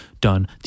done